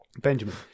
Benjamin